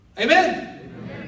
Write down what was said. Amen